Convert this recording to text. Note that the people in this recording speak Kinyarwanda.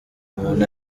umuntu